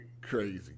crazy